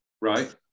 right